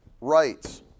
rights